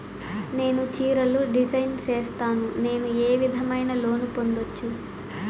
నేను చీరలు డిజైన్ సేస్తాను, నేను ఏ విధమైన లోను పొందొచ్చు